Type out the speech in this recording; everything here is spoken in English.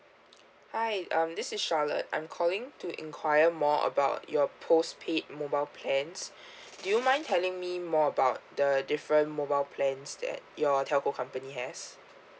hi um this is charlotte I'm calling to enquire more about your postpaid mobile plans do you mind telling me more about the different mobile plans that your telco company has